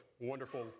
wonderful